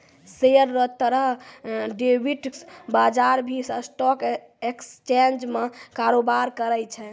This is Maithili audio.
शेयर रो तरह डेरिवेटिव्स बजार भी स्टॉक एक्सचेंज में कारोबार करै छै